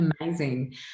amazing